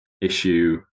issue